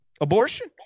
abortion